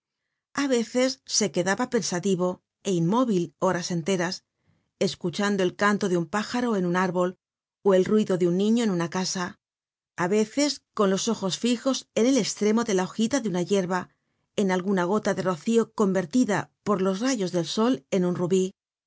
á veces se quedaba pensativo é inmóvil horas enteras escuchando el canto de un pájaro en un árbol ó el ruido de un niño en una casa á veces con los ojos fijos en el estremo de la hojita de una yerba en alguna gota de rocío convertida por los rayos del sol en un rubí